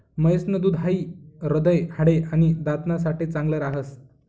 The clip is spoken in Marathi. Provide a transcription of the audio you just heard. म्हैस न दूध हाई हृदय, हाडे, आणि दात ना साठे चांगल राहस